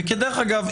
דרך אגב,